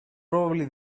probably